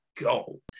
go